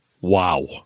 Wow